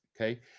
okay